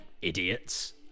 idiots